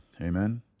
Amen